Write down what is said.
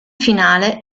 finale